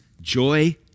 joy